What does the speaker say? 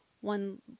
one